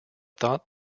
thought